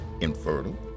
infertile